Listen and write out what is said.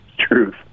truth